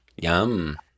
yum